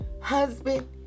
husband